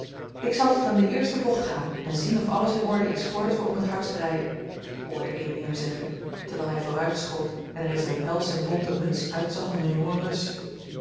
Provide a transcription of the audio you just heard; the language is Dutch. ik zal tot aan de eerste bocht gaan en zien of alles in orde is voordat we om het hardst rijden hoorde amy hem zeggen terwijl hij vooruit schoot en er in zijn pels en bonten muts uitzag als een jonge